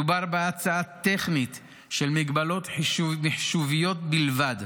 מדובר בהצעה טכנית של מגבלות חישוב מחשוביות בלבד,